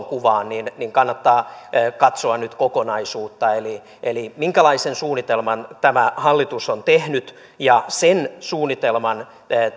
kuvaan niin niin kannattaa katsoa nyt kokonaisuutta eli eli sitä minkälaisen suunnitelman tämä hallitus on tehnyt sen suunnitelman